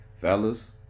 Fellas